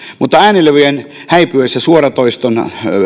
mutta äänilevyjen häipyessä suoratoiston